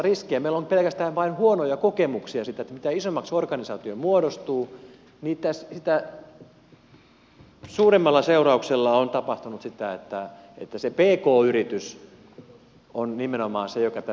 meillä on pelkästään huonoja kokemuksia siitä että mitä isommaksi organisaatio muodostuu niin sitä suuremmalla seu rauksella on tapahtunut sitä että se pk yritys on nimenomaan se joka tässä sitten kärsii